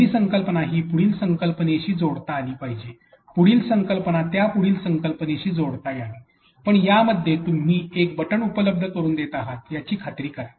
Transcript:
पहिली संकल्पना ही पुढील संकल्पनेशी जोडता आली पाहिजे पुढील संकल्पना त्या पुढील संकल्पनेशी जोडता यावी पण या मध्ये तुम्ही एक बटण उपलब्ध करून देत आहात याची खात्री करा